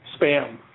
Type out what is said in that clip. spam